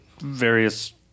various